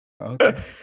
Okay